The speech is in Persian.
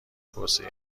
توسعه